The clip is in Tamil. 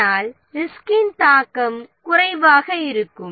இதனால் ரிஸ்கின் தாக்கம் குறைவாக இருக்கும்